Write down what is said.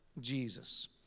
Jesus